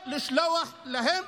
ולא לשלוח להם